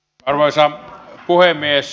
arvoisa puhemies